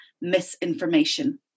misinformation